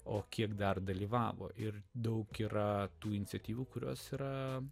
o kiek dar dalyvavo ir daug yra tų iniciatyvų kurios yra